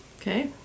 Okay